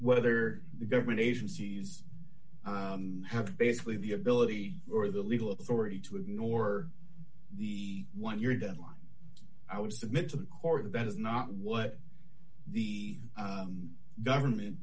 whether the government agencies have basically the ability or the legal authority to ignore the one year deadline i would submit to the court and that is not what the government